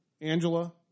Angela